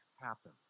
happen